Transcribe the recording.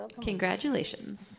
Congratulations